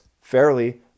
fairly